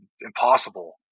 impossible